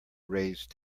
raise